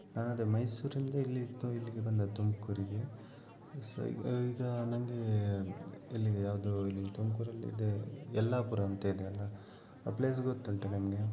ನಾನು ಅದೇ ಮೈಸೂರಿಂದ ಇಲ್ಲಿಗೆ ತು ಇಲ್ಲಿಗೆ ಬಂದದ್ದು ತುಮಕೂರಿಗೆ ಸೊ ಈಗ ಈಗ ನನಗೆ ಇಲ್ಲಿಗೆ ಯಾವುದು ಇಲ್ಲಿ ತುಮಕೂರಲ್ಲಿ ಇದ್ದೆ ಯಲ್ಲಾಪುರ ಅಂತ ಇದೆ ಅಲಾ ಆ ಪ್ಲೇಸ್ ಗೊತ್ತುಂಟ ನಿಮಗೆ